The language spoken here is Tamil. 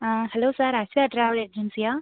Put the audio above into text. ஆ ஹலோ சார் அக்ஷயா ட்ராவல் ஏஜென்சியா